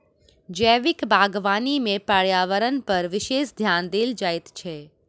जैविक बागवानी मे पर्यावरणपर विशेष ध्यान देल जाइत छै